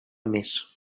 més